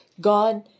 God